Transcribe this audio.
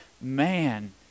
man